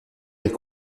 est